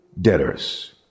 debtors